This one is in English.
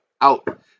out